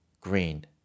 green